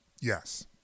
Yes